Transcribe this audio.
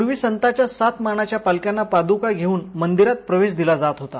पूर्वी संताच्या सात मानाच्या पालख्यांना पादुका घेवून मंदिरात प्रवेश दिला जात होता